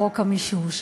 חוק המישוש.